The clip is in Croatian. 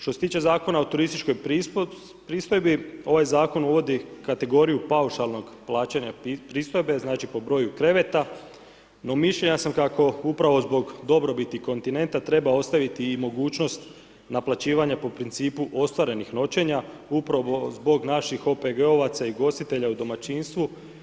Što se tiče Zakona o turističkoj pristojbi, ovaj zakon uvodi kategoriju paušalno plaćanja pristojbe, znači po broju kreveta no mišljenja sam kako upravo zbog dobrobiti kontinenta treba ostaviti i mogućnost naplaćivanja po principu ostvarenih noćenja upravo zbog naših OPG-ovaca i ugostitelja u domaćinstvu.